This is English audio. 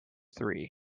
three